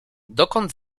dokąd